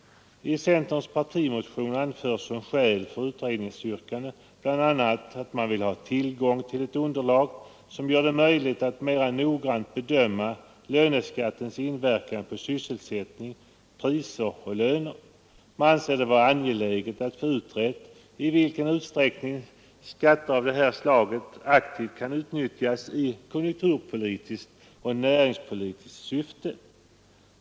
I centerns partimotion anförs som skäl för utredningsyrkandet bl.a. att man vill ha tillgång till ett underlag, som gör det möjligt att mera noggrant bedöma löneskattens inverkan på s 1 sättning, priser, löner osv. Man anser det vara angeläget att få utrett i vilken utsträckning skatter av det här slaget aktivt kan utnyttjas i konjunkturpolitiskt och näringspolitiskt syfte.